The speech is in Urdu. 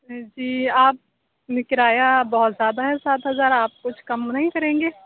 جی آپ نے کرایہ بہت زیادہ ہے سات ہزار آپ کچھ کم نہیں کریں گے